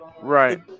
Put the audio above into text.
right